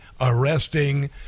arresting